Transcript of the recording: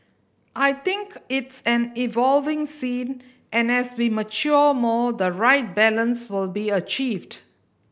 I think it's an evolving scene and as we mature more the right balance will be achieved